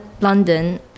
London